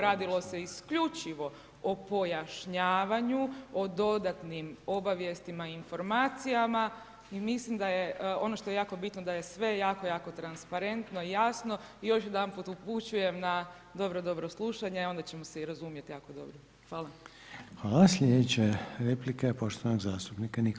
Radilo se isključivo o pojašnjavanju, o dodatnim obavjestima i informacijama i mislim da je ono što je jako bitno da je sve jako, jako transparentno i jasno i još jedanput upućujem na dobro, dobro slušanje, a onda ćemo se i razumjeti jako dobro.